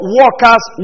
workers